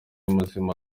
muzima